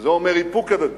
וזה אומר איפוק הדדי.